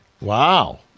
Wow